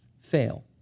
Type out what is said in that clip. fail